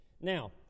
Now